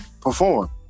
perform